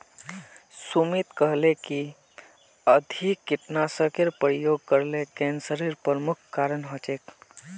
सुमित कहले कि अधिक कीटनाशेर प्रयोग करले कैंसरेर प्रमुख कारण हछेक